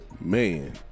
man